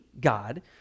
God